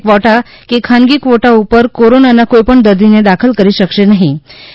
quota કે ખાનગી quota ઉપર કોરોનાના કોઈપણ દર્દીને દાખલ કરી શકશે નહ્નિ